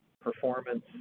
performance